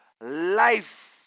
life